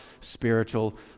spiritual